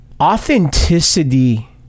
authenticity